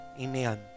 Amen